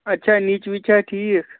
اَتہِ چھا نِچ وِچ چھا ٹھیٖک